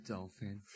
Dolphin